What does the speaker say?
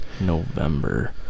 November